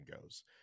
goes